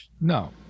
No